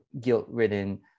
guilt-ridden